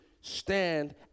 stand